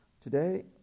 Today